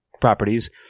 properties